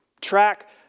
track